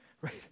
Right